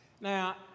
Now